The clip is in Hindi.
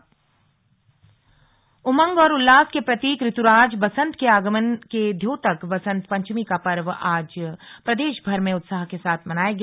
वसंत पंचमी उमंग और उल्लास के प्रतीक ऋतुराज वसंत के आगमन के द्योतक वसंत पंचमी का पर्व आज प्रदेश भर में उत्साह के साथ मनाया गया